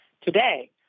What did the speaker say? today